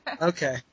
Okay